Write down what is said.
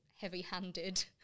heavy-handed